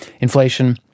Inflation